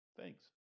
Thanks